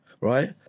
right